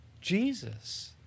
Jesus